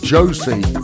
Josie